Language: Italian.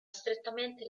strettamente